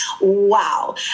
wow